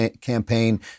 campaign